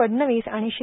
फडणवीस आणि श्री